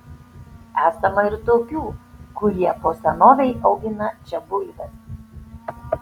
esama ir tokių kurie po senovei augina čia bulves